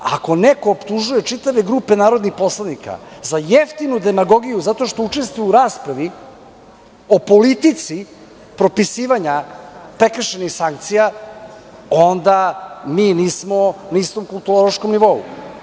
Ako neko optužuje čitave grupe narodnih poslanika za jeftinu demagogiju, zato što učestvuje u raspravi o politici propisivanja prekršajnih sankcija, onda mi nismo u kulturološkom nivou.